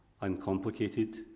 uncomplicated